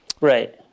Right